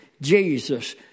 Jesus